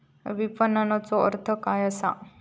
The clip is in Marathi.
विपणनचो अर्थ काय असा?